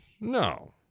No